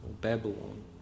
Babylon